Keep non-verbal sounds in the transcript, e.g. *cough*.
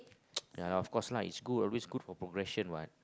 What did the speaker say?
*noise* ya of course lah it's good it's good for progression what